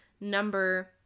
number